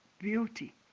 beauty